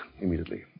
immediately